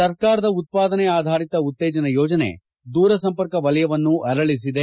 ಸರ್ಕಾರದ ಉತ್ಪಾದನೆ ಆಧಾರಿತ ಉತ್ತೇಜನ ಯೋಜನೆ ದೂರಸಂಪರ್ಕ ವಲಯವನ್ನು ಅರಳಿಸಿದೆ